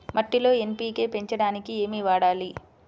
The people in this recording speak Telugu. మట్టిలో ఎన్.పీ.కే పెంచడానికి ఏమి వాడాలి?